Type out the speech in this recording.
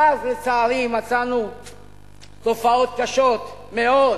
ואז לצערי, מצאנו תופעות קשות מאוד.